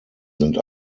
sind